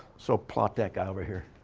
so, plop that guy over here.